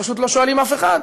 פשוט לא שואלים אף אחד.